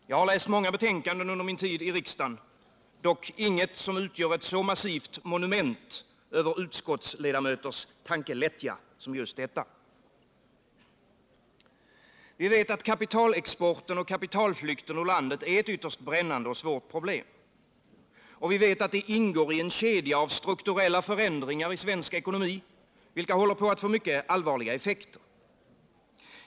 Jag har läst många betänkanden under min tid i riksdagen, dock inget som utgör ett så massivt monument över utskottsledamöters tankelättja som just detta. Vi vet att kapitalexporten och kapitalflykten ur landet är ett ytterst brännande och svårt problem. Vi vet att det ingår i en kedja av strukturella förändringar i svensk ekonomi, vilka håller på att få mycket allvarliga effekter.